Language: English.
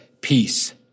Peace